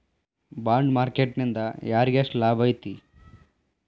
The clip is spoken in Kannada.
ಬಾಂಡ್ ಮಾರ್ಕೆಟ್ ನಿಂದಾ ಯಾರಿಗ್ಯೆಷ್ಟ್ ಲಾಭೈತಿ?